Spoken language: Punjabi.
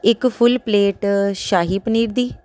ਇੱਕ ਫੁੱਲ ਪਲੇਟ ਸ਼ਾਹੀ ਪਨੀਰ ਦੀ